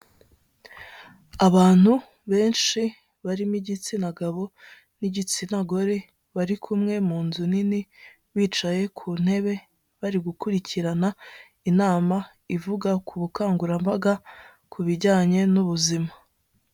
Abantu benshi barimo igitsina gabo n'igitsina gore, bari kumwe mu nzu nini, bicaye ku ntebe bari gukurikirana inama, ivuga ku bukangurambaga ku bijyanye n'ubuzima.